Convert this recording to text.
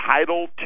Title